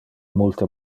multe